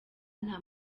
nta